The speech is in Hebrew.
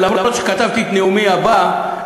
למרות שכתבתי את נאומי הבא,